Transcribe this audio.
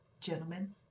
Gentlemen